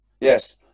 Yes